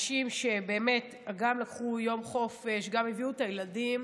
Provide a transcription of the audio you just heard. אנשים שגם לקחו יום חופש, גם הביאו את הילדים,